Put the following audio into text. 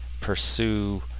pursue